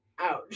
Ouch